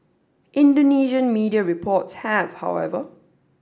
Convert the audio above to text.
Indonesian media reports have however